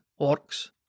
orcs